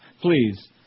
Please